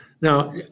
Now